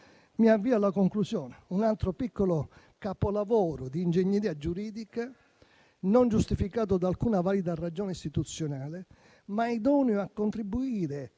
Mi avvio alla conclusione. Un altro piccolo capolavoro di ingegneria giuridica, non giustificato da alcuna valida ragione istituzionale, ma idoneo a contribuire